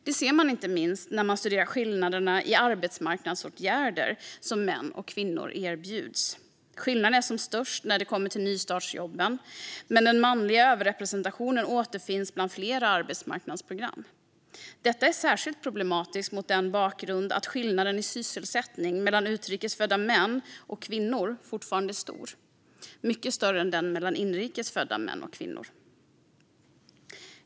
Det ser man inte minst när man studerar skillnaderna i arbetsmarknadsåtgärder som män och kvinnor erbjuds. Skillnaden är som störst när det kommer till nystartsjobben. Men den manliga överrepresentationen återfinns bland flera arbetsmarknadsprogram. Detta är särskilt problematiskt mot bakgrund av att skillnaden i sysselsättning mellan utrikes födda män och kvinnor fortfarande är stor. Den är mycket större än den mellan inrikes födda män och kvinnor.